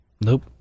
nope